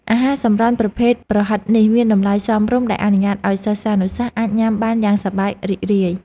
អាហារសម្រន់ប្រភេទប្រហិតនេះមានតម្លៃសមរម្យដែលអនុញ្ញាតឱ្យសិស្សានុសិស្សអាចញ៉ាំបានយ៉ាងសប្បាយរីករាយ។